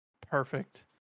perfect